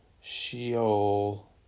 Sheol